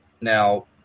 Now